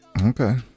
Okay